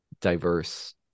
diverse